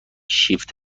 شیفت